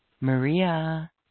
Maria